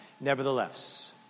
nevertheless